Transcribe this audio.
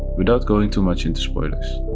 without going too much into spoilers.